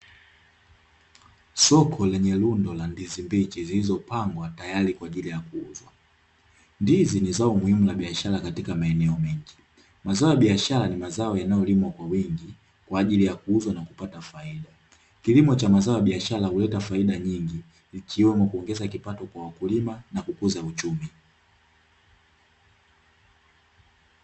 Soko lenye rundo la ndizi mbichi zilizopangwa tayari kwa ajili ya kuuzwa. Ndizi ni zao muhimu la biashara katika maeneo mengi. Mazao ya biashara ni mazao yanayolimwa kwa wingi, kwa ajili ya kuuzwa na kupata faida. Kilimo cha mazao ya biashara huleta faida nyingi, ikiwemo kuongeza kipato kwa wakulima, na kukuza uchumi.